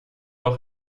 auch